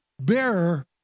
bearer